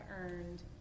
earned